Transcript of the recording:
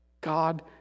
God